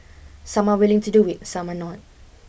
some are willing to do it some are not